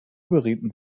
gerieten